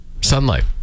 Sunlight